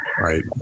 right